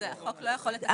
החוק לא יכול לתקן את זה.